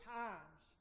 times